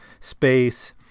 space